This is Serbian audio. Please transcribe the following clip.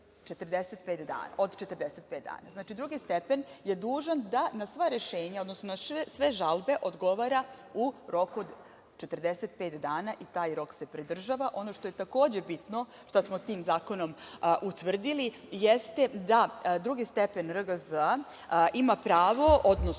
stepenu od 45 dana. Znači, drugi stepen je dužan da na sva rešenja, odnosno na sve žalbe odgovara u roku od 45 dana i taj rok se pridržava. Ono što je takođe bitno, što smo tim zakonom utvrdili jeste da drugi stepen RGZ ima pravo, odnosno